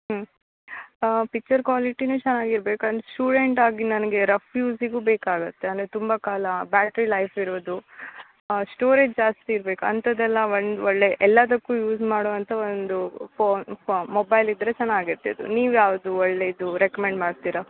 ಹ್ಞೂ ಪಿಚ್ಚರ್ ಕ್ವಾಲಿಟಿನು ಚೆನ್ನಾಗಿರ್ಬೇಕ್ ಆ್ಯಂಡ್ ಸ್ಟೂಡೆಂಟ್ ಆಗಿ ನನಗೆ ರಫ್ ಯೂಸಿಗು ಬೇಕಾಗುತ್ತೆ ಅಂದರೆ ತುಂಬ ಕಾಲಾ ಬ್ಯಾಟ್ರಿ ಲೈಫ್ ಇರೋದು ಸ್ಟೋರೇಜ್ ಜಾಸ್ತಿ ಇರ್ಬೇಕು ಅಂಥದೆಲ್ಲ ಒಂದು ಒಳ್ಳೆ ಎಲ್ಲದಕ್ಕೂ ಯೂಸ್ ಮಾಡೋ ಅಂಥ ಒಂದು ಪೋನ್ ಪೊ ಮೊಬೈಲ್ ಇದ್ರೆ ಚೆನ್ನಾಗಿರ್ತಿತ್ತು ನೀವು ಯಾವುದು ಒಳ್ಳೆದು ರೆಕ್ಮೆಂಡ್ ಮಾಡ್ತೀರಾ